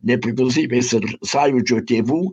nepriklausomybės ir sąjūdžio tėvų